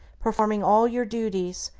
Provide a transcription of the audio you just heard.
performing all your duties,